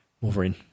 Wolverine